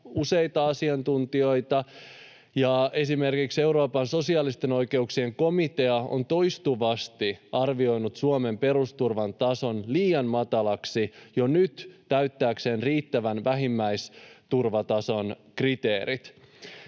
useita asiantuntijoita, ja esimerkiksi Euroopan sosiaalisten oikeuksien komitea on toistuvasti arvioinut Suomen perusturvan tason liian matalaksi jo nyt täyttääkseen riittävän vähimmäisturvatason kriteerit.